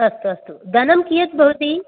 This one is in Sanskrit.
अस्तु अस्तु धनं कीयद् भवति